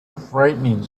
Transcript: frightening